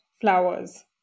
flowers